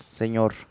Señor